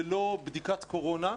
ללא בדיקת קורונה,